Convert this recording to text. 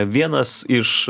vienas iš